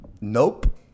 Nope